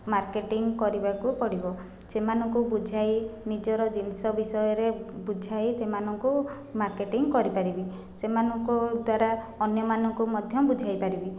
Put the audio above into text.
marketing କରିବାକୁ ପଡ଼ିବ ସେମାନଙ୍କୁ ବୁଝାଇ ନିଜର ଜିନିଷ ବିଷୟରେ ବୁଝାଇ ସେମାନଙ୍କୁ ମାର୍କେଟିଂ କରିପାରିବି ସେମାନଙ୍କ ଦ୍ୱାରା ଅନ୍ୟମାନଙ୍କୁ ମଧ୍ୟ ବୁଝାଇପାରିବି